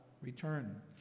return